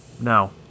No